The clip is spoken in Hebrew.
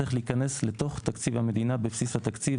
צריך להיכנס לתוך תקציב המדינה בבסיס התקציב,